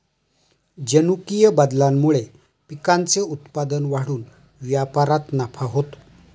जनुकीय बदलामुळे पिकांचे उत्पादन वाढून व्यापारात नफा होतो